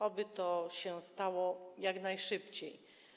Oby to się stało jak najszybciej.